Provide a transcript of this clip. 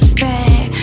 back